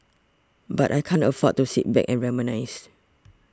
but I can't afford to sit back and reminisce